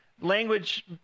language